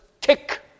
tick